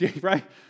right